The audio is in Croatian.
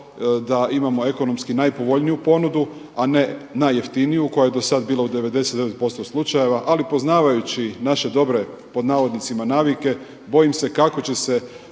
da imamo ekonomski najpovoljniju ponudu a ne najjeftiniju koja je do sada bila u 99% slučajeva. Ali poznavajući naše dobre pod navodnicima navike, bojim se kako će se